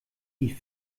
die